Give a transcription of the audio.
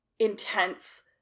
intense